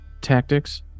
tactics